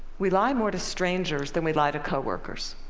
we lie more to strangers than we lie to coworkers.